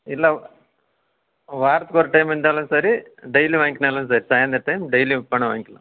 இல்லை வாரத்துக்கு ஒரு டைம் இருந்தாலும் சரி டெய்லி வாங்க்கினாலும் சரி சாய்ந்திர டைம் டெய்லி பணம் வாங்க்கிலாம்